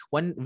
One